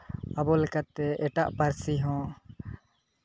ᱟᱵᱚ ᱞᱮᱠᱟᱛᱮ ᱮᱴᱟᱜ ᱯᱟᱹᱨᱥᱤ ᱦᱚᱸ